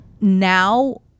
Now